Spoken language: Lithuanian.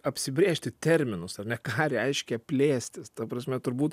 apsibrėžti terminus ar ne ką reiškia plėstis ta prasme turbūt